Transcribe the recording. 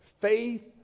Faith